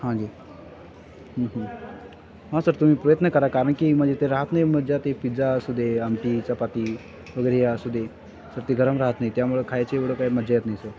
हां गे हां सर तुम्ही प्रयत्न करा कारण की म्हणजे ते राहात नाही मजा ते पिझ्झा असू दे आमटी चपाती वगैरे हे असू दे तर ते गरम राहत नाही त्यामुळे खायची एवढं काय मजा येत नाही सर